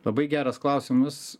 labai geras klausimas